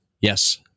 Yes